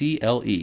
cle